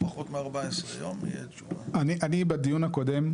בדיון הקודם,